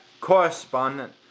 correspondent